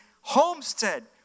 homestead